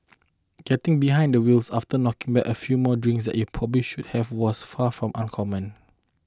getting behind the wheels after knocking back a few more drinks than you probably should have was far from uncommon